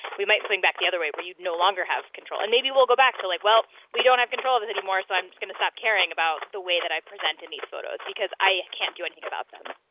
we might swing back the other way where you no longer have control. and maybe we will go back to, like well, we don't have control of this anymore so i'm just going to stop caring about the way that i present in these photos because i can't do anything about them.